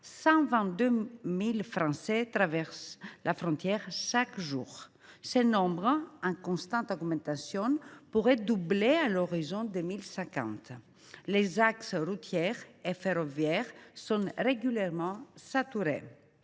122 0000 Français traversent chaque jour la frontière luxembourgeoise. Ce nombre, en constante augmentation, pourrait doubler à l’horizon de 2050. Les axes routiers et ferroviaires sont régulièrement saturés.